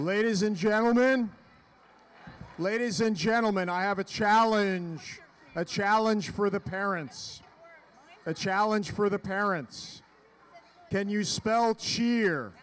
and gentlemen ladies and gentlemen i have a challenge a challenge for the parents a challenge for the parents can you spell cheer